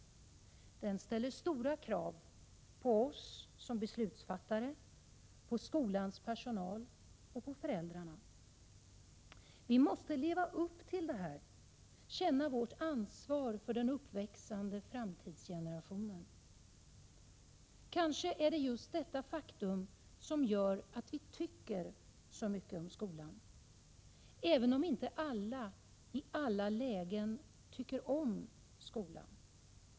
Den ställer stora krav, på oss som beslutsfattare, på skolans personal och på föräldrarna. Vi måste leva upp till detta, känna vårt ansvar för den uppväxande ”framtidsgenerationen”. Kanske är det just detta faktum som gör att vi tycker så mycket om skolan — även om inte alla, i alla lägen tycker om skolan.